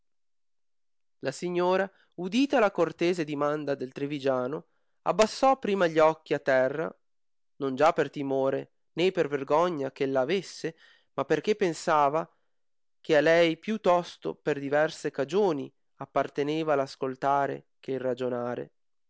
la signora udita la cortese dimanda del trivigiano abbassò prima gli occhi a terra non già per timore né per vergogna ch'ella avesse ma perchè pensava che a lei più tosto per diverse cagioni apparteneva l ascoltare che il ragionare